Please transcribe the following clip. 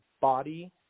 body